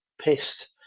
pissed